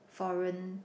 foreign